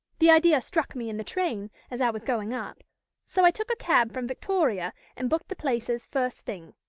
the idea struck me in the train, as i was going up so i took a cab from victoria and booked the places first thing.